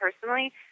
personally